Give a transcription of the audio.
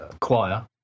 choir